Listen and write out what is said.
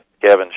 Kevin